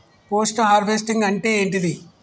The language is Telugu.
పోస్ట్ హార్వెస్టింగ్ అంటే ఏంటిది?